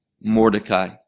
Mordecai